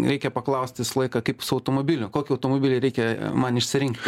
reikia paklaust visą laiką kaip su automobiliu kokį automobilį reikia man išsirinkti